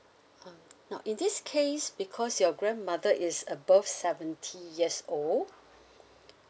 um now in this case because your grandmother is above seventy years old